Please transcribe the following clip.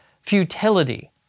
futility